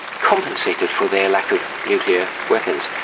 compensated for their lack of nuclear weapons,